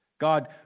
God